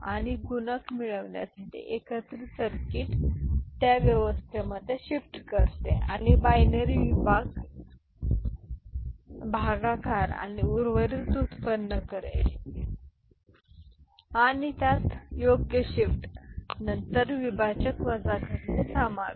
तर आपण या विशिष्ट वर्गाच्या निष्कर्षावर पोहोचू